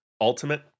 Ultimate